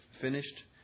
finished